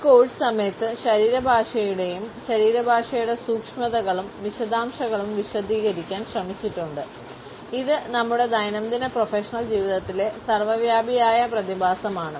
ഈ കോഴ്സ് സമയത്ത് ശരീരഭാഷയുടെയും ശരീരഭാഷയുടെ സൂക്ഷ്മതകളും വിശദാംശങ്ങളും വിശദീകരിക്കാൻ ശ്രമിച്ചിട്ടുണ്ട് ഇത് നമ്മുടെ ദൈനംദിന പ്രൊഫഷണൽ ജീവിതത്തിലെ സർവ്വവ്യാപിയായ പ്രതിഭാസമാണ്